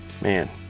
man